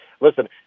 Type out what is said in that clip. Listen